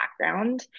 background